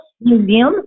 Museum